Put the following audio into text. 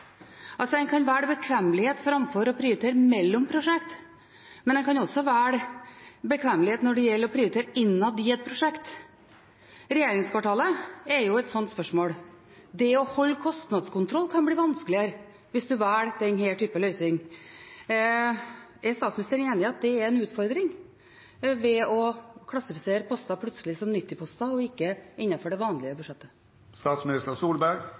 en kan velge bekvemmelighet framfor å prioritere mellom ulike prosjekt, men en kan også velge bekvemmelighet når det gjelder å prioritere innad i et prosjekt. Regjeringskvartalet er et slikt spørsmål. Det å holde kostnadskontroll kan bli vanskeligere hvis en velger denne typen løsning. Er statsministeren enig i at det er en utfordring å klassifisere poster plutselig som 90-poster og ikke innenfor det vanlige